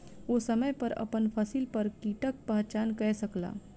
ओ समय पर अपन फसिल पर कीटक पहचान कय सकला